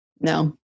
No